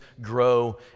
grow